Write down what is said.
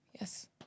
Yes